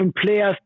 players